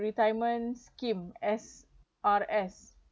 retirement scheme S_R_S